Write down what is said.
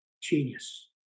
genius